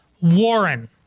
Warren